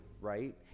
right